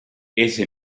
ese